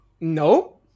No